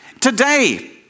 Today